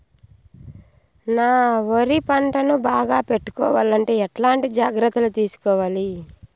నా వరి పంటను బాగా పెట్టుకోవాలంటే ఎట్లాంటి జాగ్రత్త లు తీసుకోవాలి?